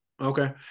Okay